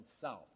south